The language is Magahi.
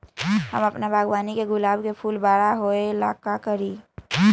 हम अपना बागवानी के गुलाब के फूल बारा होय ला का करी?